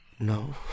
No